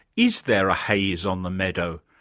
is there a haze on the meadow?